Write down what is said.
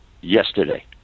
yesterday